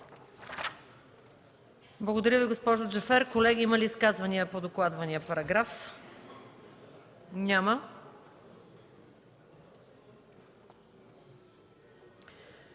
Благодаря Ви, госпожо Джафер. Колеги, има ли изказвания по докладвания параграф? Няма.